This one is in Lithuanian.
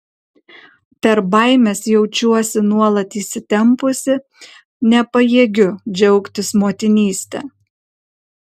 per baimes jaučiuosi nuolat įsitempusi nepajėgiu džiaugtis motinyste